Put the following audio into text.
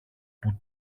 που